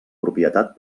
propietat